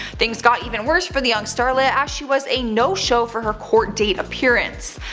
things got even worse for the young starlet as she was a no-show for her court date appearance.